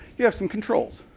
you have some controls.